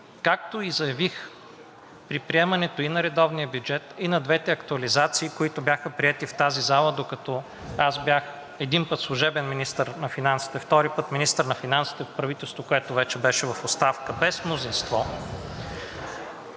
както и заявих, при приемането и на редовния бюджет, и на двете актуализации, които бяха приети в тази зала, докато аз бях – един път, служебен министър на финансите, втори път – министър на финансите в правителство, което вече беше в оставка без мнозинство,